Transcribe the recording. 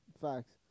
Facts